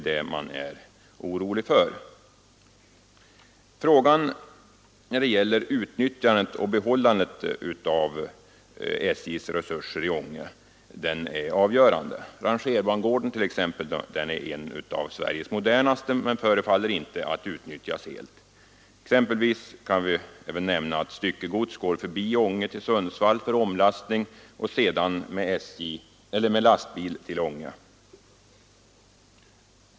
Det gäller här bl.a. utnyttjandet och behållandet av SJ:s resurser i Ånge. Rangerbangården är en av Sveriges modernaste men förefaller inte att utnyttjas helt. Jag kan exempelvis nämna att styckegods går förbi Ånge till Sundsvall för omlastning och sedan med lastbil till Ånge.